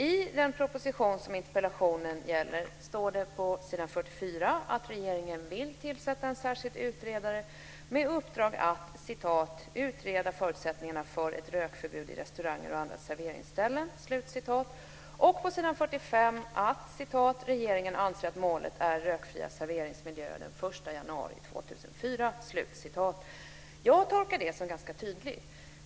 I den proposition som interpellationen gäller står det på s. 44 att regeringen vill tillsätta en särskild utredare med uppdrag att "utreda förutsättningarna för ett rökförbud i restauranger och andra serveringsställen". På s. 45 står det: "Regeringen anser att målet är rökfria serveringsmiljöer den 1 januari 2004." Jag tolkar detta som ganska tydligt.